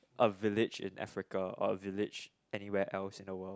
a village in Africa or a village anywhere else in the world